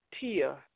Tia